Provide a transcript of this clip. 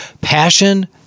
passion